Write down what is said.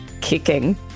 kicking